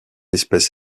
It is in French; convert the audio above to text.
espèce